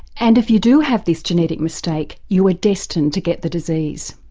and if you do have this genetic mistake you are destined to get the disease.